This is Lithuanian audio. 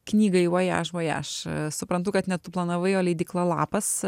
knygai vojaž vojaž suprantu kad ne tu planavai o leidykla lapas